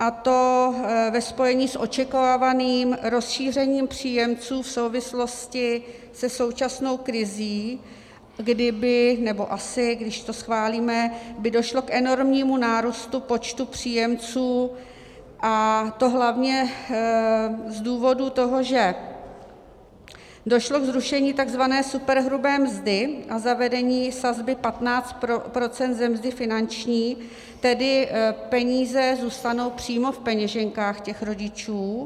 a to ve spojení s očekávaným rozšířením příjemců v souvislosti se současnou krizí, kdy by nebo asi, když to schválíme došlo k enormnímu nárůstu počtu příjemců, a to hlavně z důvodu toho, že došlo ke zrušení takzvané superhrubé mzdy a zavedení sazby 15 % ze mzdy finanční, tedy peníze zůstanou přímo v peněženkách rodičů.